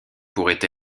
pourrait